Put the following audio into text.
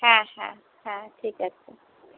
হ্যাঁ হ্যাঁ হ্যাঁ ঠিক আছে